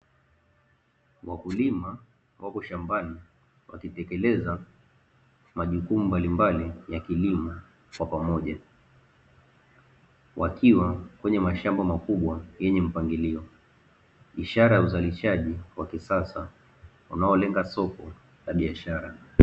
Wakulima wapo shambani wakitekeleza majukumu mbalimbali ya kilimo kwa pamoja, wakiwa kwenye mashamba makubwa yenye mpangilio, ishara ya uzalishaji wa kisasa unaolenga soko la biashara.